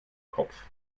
kopf